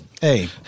Hey